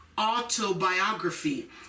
autobiography